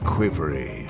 Quivery